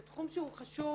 זה תחום שהוא חשוב